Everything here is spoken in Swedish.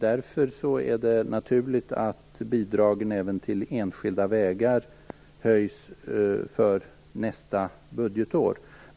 Därför är det naturligt att bidragen även till enskilda vägar höjs för nästa budgetår.